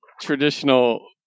traditional